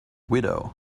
widow